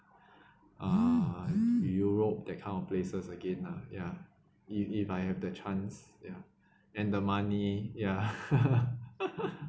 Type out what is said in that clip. uh europe that kind of places again lah ya if if I have the chance ya and the money ya